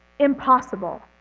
impossible